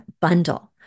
bundle